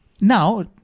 Now